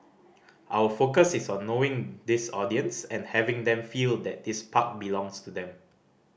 our focus is on knowing this audience and having them feel that this park belongs to them